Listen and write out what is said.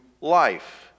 life